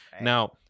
Now